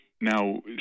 Now